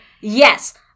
Yes